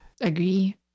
Agree